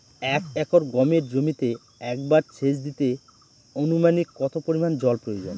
এক একর গমের জমিতে একবার শেচ দিতে অনুমানিক কত পরিমান জল প্রয়োজন?